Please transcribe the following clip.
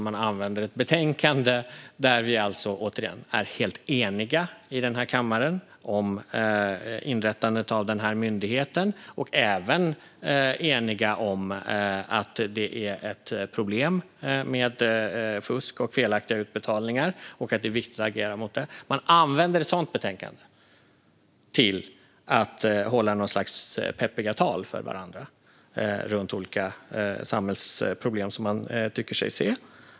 Man använder ett betänkande där vi i kammaren är helt eniga om inrättandet av myndigheten, och även eniga om att det finns ett problem med fusk och felaktiga utbetalningar samt att det är viktigt att agera mot detta, till att hålla något slags peppiga tal för varandra gällande olika samhällsproblem som man tycker sig se.